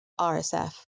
RSF